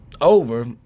over